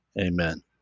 Amen